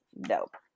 dope